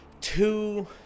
two